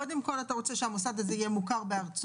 קודם כול אתה רוצה שהמוסד הזה יהיה מוכר בארצו,